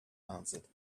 answered